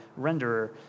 renderer